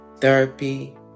therapy